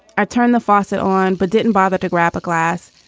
i turn the faucet on, but didn't bother to grab a glass.